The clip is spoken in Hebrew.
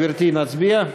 גברתי, נצביע?